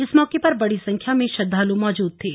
इस मौके पर बड़ी संख्या में श्रद्वालु मौजूद थे